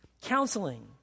counseling